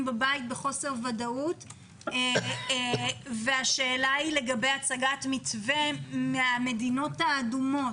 בבית בחוסר ודאות והשאלה לגבי הצגת מתווה מהמדינות האדומות,